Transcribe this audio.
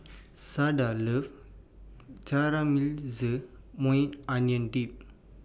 Sada loves Caramelized Maui Onion Dip